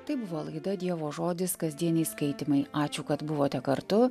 tai buvo laida dievo žodis kasdieniai skaitymai ačiū kad buvote kartu